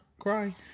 cry